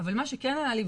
אבל מה שכן עלה לי,